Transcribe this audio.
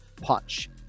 punch